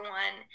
one